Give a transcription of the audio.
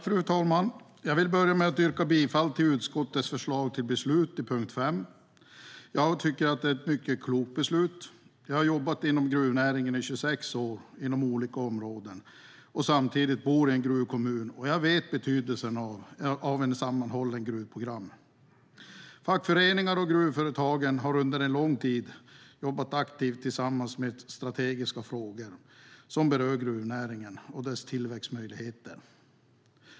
Fru talman! Jag vill börja med att yrka bifall till utskottets förslag till beslut under punkt 5. Jag tycker att det är ett mycket klokt beslut. Jag har jobbat inom gruvnäringen i 26 år inom olika områden och bor i en gruvkommun. Jag vet betydelsen av ett sammanhållet gruvprogram. Fackföreningar och gruvföretagen har under en lång tid jobbat aktivt tillsammans med strategiska frågor som berör gruvnäringen och dess tillväxtmöjligheter.